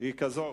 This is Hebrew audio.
היא כזאת,